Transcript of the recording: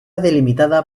delimitada